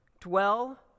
dwell